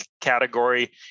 category